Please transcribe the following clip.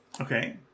Okay